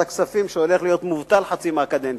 הכספים שהולך להיות מובטל חצי מהקדנציה.